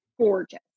gorgeous